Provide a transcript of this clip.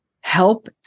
help